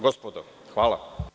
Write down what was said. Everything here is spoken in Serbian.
Gospodo, hvala.